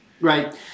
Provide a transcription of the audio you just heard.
right